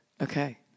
Okay